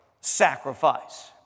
Sacrifice